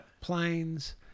Planes